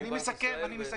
אני מסכם.